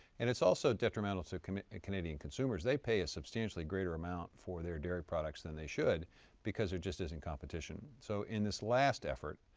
and it's also detrimental so to and canadian consumers. they pay a substantially greater amount for their dairy products than they should because there just isn't competition. so in this last effort,